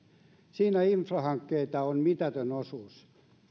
siinä infrahankkeita on mitätön osuus